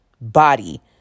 body